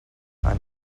anem